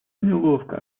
неловко